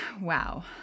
wow